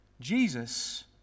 Jesus